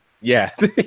Yes